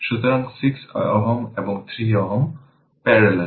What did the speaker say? সুতরাং 6 Ω এবং 3 Ω প্যারালেল